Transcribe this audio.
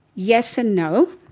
yes and no.